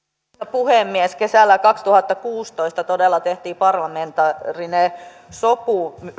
puhemies kesällä kaksituhattakuusitoista todella tehtiin parlamentaarinen sopu